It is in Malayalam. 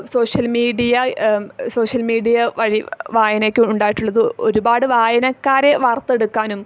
സോഷ്യൽ മീഡിയ സോഷ്യൽ മീഡിയ വഴി വായനയ്ക്ക് ഉണ്ടായിട്ടുള്ളത് ഒരുപാട് വായനക്കാരെ വാർത്തെടുക്കാനും